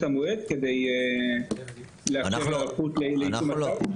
המועד כדי לאפשר היערכות ליישום הצו?